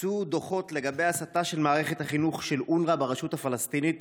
הוצאו דוחות לגבי הסתה של מערכת החינוך של אונר"א ברשות הפלסטינית